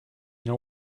know